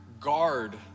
guard